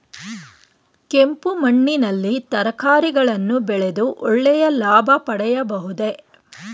ಕೆಂಪು ಮಣ್ಣಿನಲ್ಲಿ ತರಕಾರಿಗಳನ್ನು ಬೆಳೆದು ಒಳ್ಳೆಯ ಲಾಭ ಪಡೆಯಬಹುದೇ?